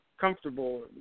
comfortable